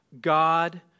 God